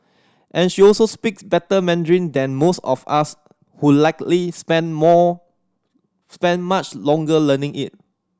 and she also speaks better Mandarin than most of us who likely spent more spent much longer learning it